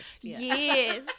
Yes